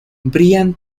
brian